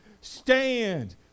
stand